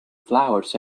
flowers